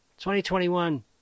2021